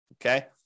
Okay